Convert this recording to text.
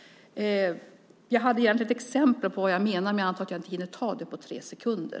Jag har ett exempel på vad jag menar, men jag antar att jag inte hinner ta det på tre sekunder.